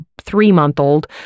three-month-old